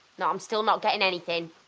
no i'm still not getting anything.